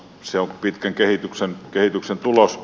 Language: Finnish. se on pitkän kehityksen tulos